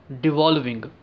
devolving